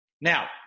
Now